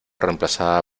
reemplazada